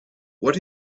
what